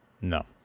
No